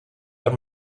per